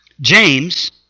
James